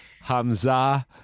Hamza